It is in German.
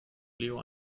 leo